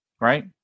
Right